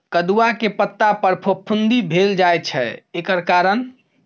कदुआ के पता पर फफुंदी भेल जाय छै एकर कारण?